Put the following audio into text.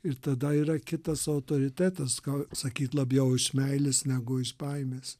ir tada yra kitas autoritetas ką sakyt labiau iš meilės negu iš baimės